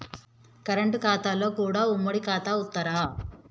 Current ఖాతాలో కూడా ఉమ్మడి ఖాతా ఇత్తరా?